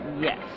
Yes